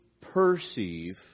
perceive